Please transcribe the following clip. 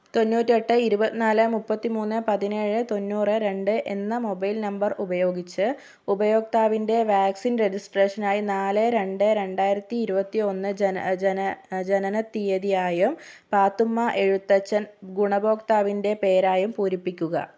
തൊണ്ണൂറ്റെട്ട് ഇരുപത്തിനാല് മുപ്പത്തിമൂന്ന് പതിനേഴ് തൊണ്ണൂറ് രണ്ട് എന്ന മൊബൈൽ നമ്പർ ഉപയോഗിച്ച് ഉപയോക്താവിൻ്റെ വാക്സിൻ രജിസ്ട്രേഷനായി നാല് രണ്ട് രണ്ടായിരത്തി ഇരുപത്തിയൊന്ന് ജന ജന ജനനത്തീയതിയായും പാത്തുമ്മ എഴുത്തച്ഛൻ ഗുണഭോക്താവിൻ്റെ പേരായും പൂരിപ്പിക്കുക